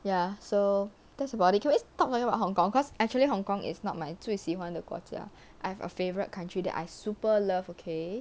ya so that's about it can we stop talking about about hong-kong cause actually hong-kong is not my 最喜欢的国家 I have a favourite country that I super love okay